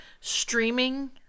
streaming